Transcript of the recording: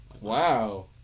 Wow